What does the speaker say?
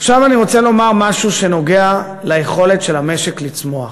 עכשיו אני רוצה לומר משהו שנוגע ליכולת של המשק לצמוח.